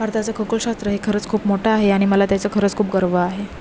भारताचं खगोलशास्त्र हे खरंच खूप मोठं आहे आणि मला त्याचं खरंच खूप गर्व आहे